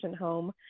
home